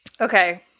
Okay